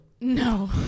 No